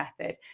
method